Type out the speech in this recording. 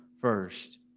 first